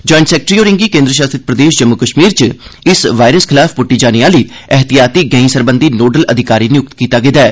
giant secretary होरें गी केंद्र शासित प्रदेश जम्मू कश्मीर च इस वायरस खलाफ पुट्टी जाने आली एह्तियाती गैंईं सरबंघी नोडल अधिकारी नियुक्त कीत्ता गेदा ऐ